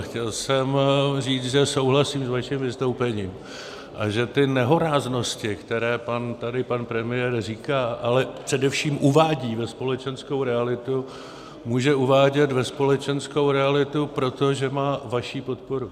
Chtěl jsem říct, že souhlasím s vaším vystoupením a že ty nehoráznosti, které tady pan premiér říká, ale především uvádí ve společenskou realitu, může uvádět ve společenskou realitu, protože má vaši podporu.